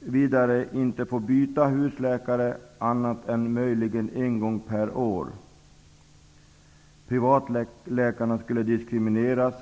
vidare inte få byta husläkare annat än möjligen en gång per år. Privatläkarna skulle diskrimineras.